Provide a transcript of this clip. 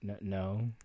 No